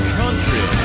country